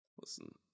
Listen